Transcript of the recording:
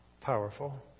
powerful